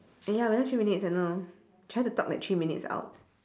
eh ya we left three minutes I know try to talk like three minutes out